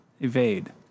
Evade